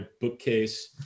bookcase